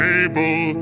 able